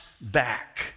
back